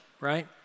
right